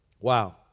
Wow